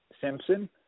Simpson